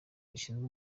zishinzwe